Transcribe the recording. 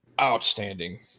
outstanding